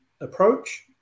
approach